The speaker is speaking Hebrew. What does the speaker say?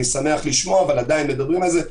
אני שמח לשמוע, אבל עדיין מדברים על זה.